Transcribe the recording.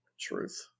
Truth